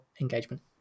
engagement